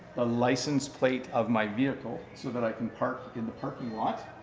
license plate of my vehicle so that i can park in the parking lot,